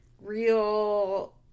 real